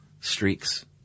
streaks